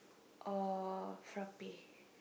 or frappe